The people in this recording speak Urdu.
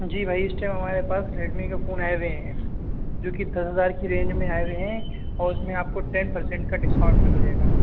جی بھائی اِس ٹائم ہمارے پاس ریڈمی کا فون آئے ہوئے ہیں جو کہ دس ہزار کی رینج میں آئے ہوئے ہیں اور اُس میں آپ کو ٹین پرسینٹ کا ڈسکاؤنٹ بھی مِلے گا